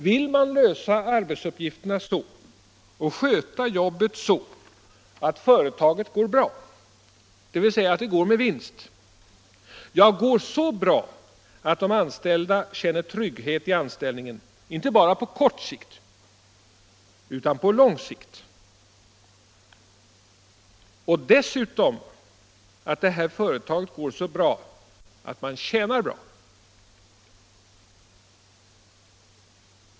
Vill man lösa arbetsuppgifterna så och sköta jobbet så att företaget går bra, dvs. går med vinst? Ja, att företaget går så bra att de anställda känner trygghet i anställningen, inte bara på kort sikt utan på lång sikt, och dessutom att företaget går så bra att de tjänar bra?